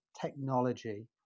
technology